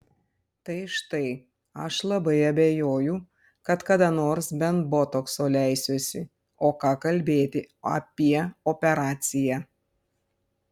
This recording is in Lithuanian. tai štai aš labai abejoju kad kada nors bent botokso leisiuosi o ką kalbėti apie operaciją